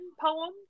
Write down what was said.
poem